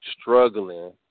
struggling